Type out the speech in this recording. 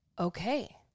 Okay